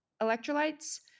electrolytes